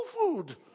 food